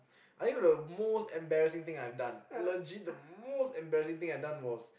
I think the most embarrassing thing I've done legit the most embarrassing thing I've done was